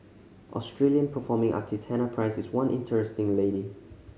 Australian performing artist Hannah Price is one interesting lady